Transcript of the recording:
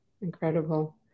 Incredible